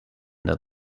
the